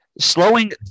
Slowing